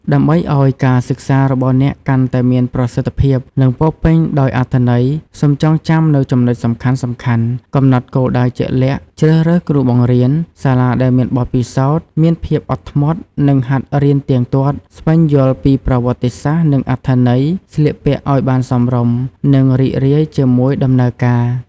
ដើម្បីឱ្យការសិក្សារបស់អ្នកកាន់តែមានប្រសិទ្ធភាព និងពោរពេញដោយអត្ថន័យ សូមចងចាំនូវចំណុចសំខាន់ៗ កំណត់គោលដៅជាក់លាក់ ជ្រើសរើសគ្រូបង្រៀន សាលាដែលមានបទពិសោធន៍ មានភាពអត់ធ្មត់ និងហាត់រៀនទៀងទាត់ ស្វែងយល់ពីប្រវត្តិសាស្ត្រ និងអត្ថន័យ ស្លៀកពាក់ឱ្យបានសមរម្យ និងរីករាយជាមួយដំណើរការ។